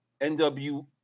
NW